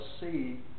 see